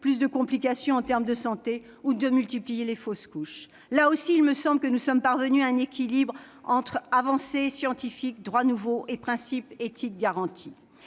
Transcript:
plus de complications en termes de santé ou de multiplier les fausses couches. Là aussi, il me semble que nous sommes parvenus à un équilibre entre avancées scientifiques, droits nouveaux et principes éthiques garantis.